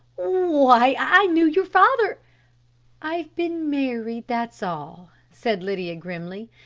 why i knew your father i've been married, that's all, said lydia grimly.